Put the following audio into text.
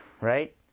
Right